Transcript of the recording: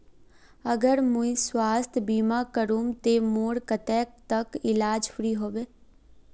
अगर मुई स्वास्थ्य बीमा करूम ते मोर कतेक तक इलाज फ्री होबे?